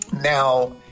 Now